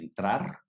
entrar